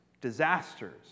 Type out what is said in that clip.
disasters